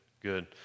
Good